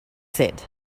said